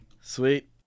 Sweet